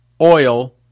oil